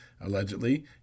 allegedly